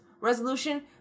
resolution